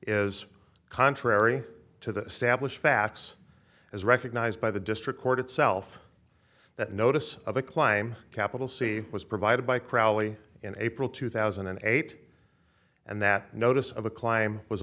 is contrary to the established facts as recognized by the district court itself that notice of a climb capital c was provided by crowley in april two thousand and eight and that notice of a climb was